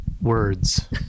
words